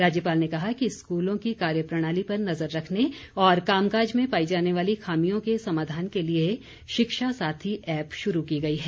राज्यपाल ने कहा कि स्कूलों की कार्यप्रणाली पर नजर रखने और कामकाज में पाई जाने वाली खामियों के समाधान के लिए शिक्षा साथी ऐप शुरू की गई है